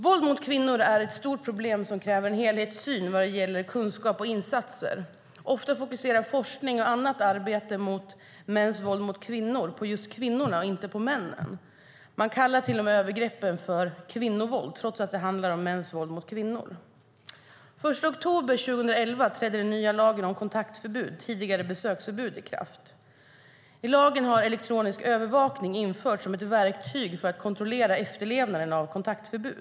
Våld mot kvinnor är ett stort problem som kräver en helhetssyn när det gäller kunskap och insatser. Ofta fokuserar forskning och annat arbete mot mäns våld mot kvinnor på just kvinnorna och inte på männen. Man kallar till och med övergreppen för kvinnovåld, trots att det handlar om mäns våld mot kvinnor. Den 1 oktober 2011 trädde den nya lagen om kontaktförbud, tidigare besöksförbud, i kraft. I lagen har elektronisk övervakning införts som ett verktyg för att kontrollera efterlevnaden av kontaktförbud.